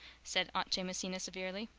said aunt jamesina severely.